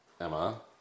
Emma